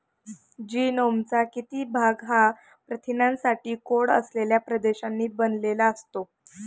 जीनोमचा किती भाग हा प्रथिनांसाठी कोड असलेल्या प्रदेशांनी बनलेला असतो?